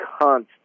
constant